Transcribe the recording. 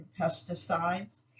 pesticides